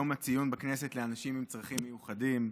יום הציון בכנסת לאנשים עם צרכים מיוחדים,